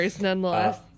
nonetheless